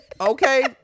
Okay